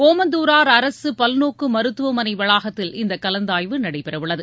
ஒமந்தூராா் அரசு பல்நோக்கு மருத்துவமனை வளாகத்தில் இந்த கலந்தாய்வு நடைபெற உள்ளது